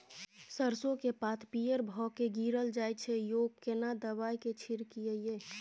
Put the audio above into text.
सरसो के पात पीयर भ के गीरल जाय छै यो केना दवाई के छिड़कीयई?